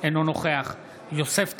אינו נוכח יוסף טייב,